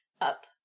Up